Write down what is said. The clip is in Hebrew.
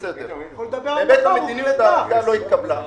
בהיבט המדיניות ההחלטה לא התקבלה.